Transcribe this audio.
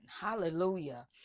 hallelujah